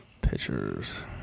pitchers